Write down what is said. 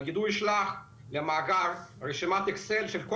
נגיד הוא ישלח למאגר רשימת אקסל של כל